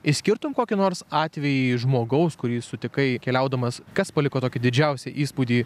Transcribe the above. išskirtum kokį nors atvejį žmogaus kurį sutikai keliaudamas kas paliko tokį didžiausią įspūdį